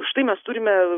štai mes turime